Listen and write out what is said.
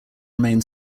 remain